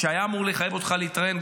שהיה אמור לחייב אותך להתראיין,